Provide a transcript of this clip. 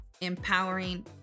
empowering